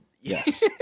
Yes